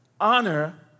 Honor